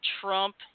Trump